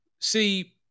See